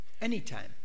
anytime